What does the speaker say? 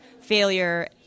failure